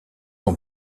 ans